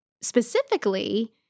specifically